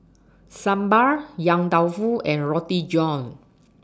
Sambal Yong Tau Foo and Roti John